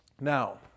Now